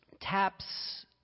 taps